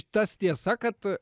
tas tiesa kad